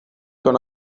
con